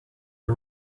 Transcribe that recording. the